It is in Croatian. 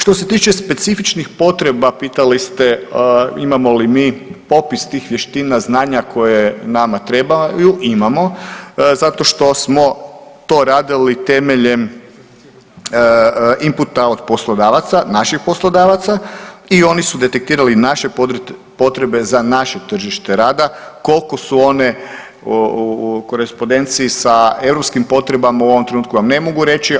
Što se tiče specifičnih potreba pitali ste imamo li mi popis tih vještina, znanja koje nama trebaju – imamo, zato što smo to radili temeljem imputa od poslodavaca, naših poslodavaca i oni su detektirali naše potrebe za naše tržište rada koliko su one u korespodenciji sa europskim potrebama u ovom trenutku vam ne mogu reći.